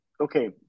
okay